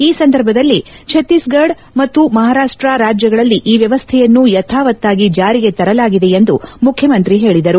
ಈ ಸಂದರ್ಭದಲ್ಲಿ ಭಕ್ತೀಶ್ವಢ ಮತ್ತು ಮಹಾರಾಷ್ಷ ರಾಜ್ಯಗಳಲ್ಲಿ ಈ ವ್ಯವಸ್ಥೆಯನ್ನು ಯಥಾವತ್ತಾಗಿ ಜಾರಿಗೆ ತರಲಾಗಿದೆ ಎಂದು ಮುಖ್ಯಮಂತ್ರಿ ಹೇಳದರು